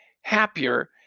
happier